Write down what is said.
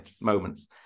moments